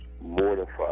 mortified